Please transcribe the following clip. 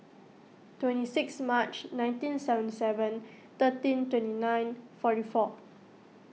twenty six March nineteen seventy seven thirteen twenty nine forty four